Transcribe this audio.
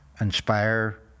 inspire